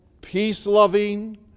peace-loving